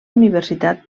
universitat